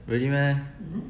really meh